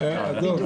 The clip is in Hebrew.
הבריאות.